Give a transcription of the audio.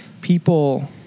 people